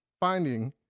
finding